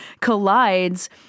collides